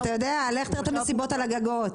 לך תראה את המסיבות על הגגות.